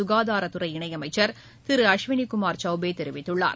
சுகாதாத்துறை இணையமைச்சர் திரு அஷ்வினிகுமார் சௌபே தெரிவித்துள்ளார்